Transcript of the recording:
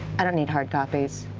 i don't need hard copies.